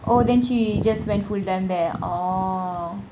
oh then she just went full time there ah oh